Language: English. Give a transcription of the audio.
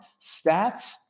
Stats